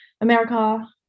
America